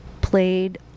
played